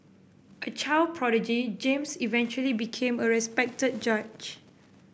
a child prodigy James eventually became a respected judge